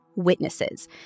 witnesses